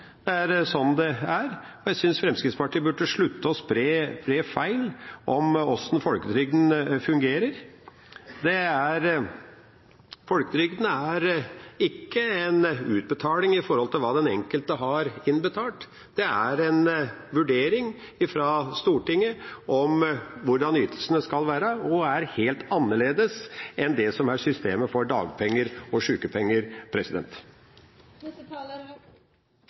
Det er sånn det er. Jeg synes Fremskrittspartiet burde slutte å spre feil om hvordan folketrygden fungerer. Folketrygden er ikke en utbetaling knyttet til hva den enkelte har innbetalt. Det er en vurdering fra Stortinget om hvordan ytelsene skal være, og er helt annerledes enn det som er systemet for dagpenger og